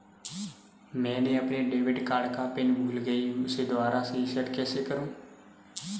मैंने अपने debit card का पिन भूल गई, उसे दोबारा रीसेट कैसे करूँ?